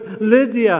Lydia